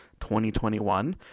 2021